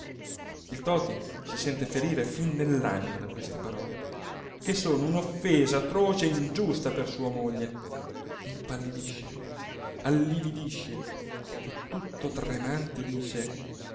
il toti si sente ferire fin nell'anima da queste parole che sono un'offesa atroce e ingiusta per sua moglie impallidisce allividisce e tutto tremante dice